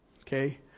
Okay